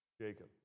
Jacob